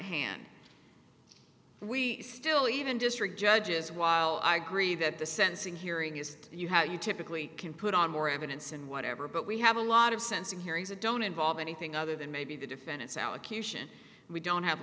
hand we still even district judges while i agree that the sentencing hearing is you how you typically can put on more evidence and whatever but we have a lot of sense in hearings that don't involve anything other than maybe the defendant's allocution we don't have